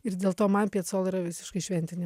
ir dėl to man piacola yra visiškai šventinė